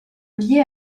liée